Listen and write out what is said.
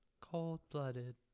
Cold-blooded